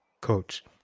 coach